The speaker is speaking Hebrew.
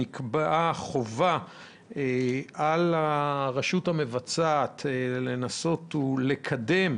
נקבעה חובה על הרשות המבצעת לנסות ולקדם